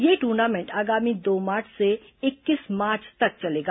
यह टूर्नामेंट आगामी दो मार्च से इक्कीस मार्च तक चलेगा